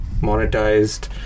monetized